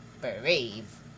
Brave